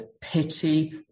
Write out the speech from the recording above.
pity